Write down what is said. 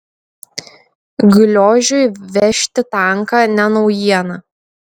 gliožiui vežti tanką ne naujiena